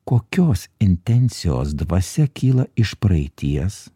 kokios intencijos dvasia kyla iš praeities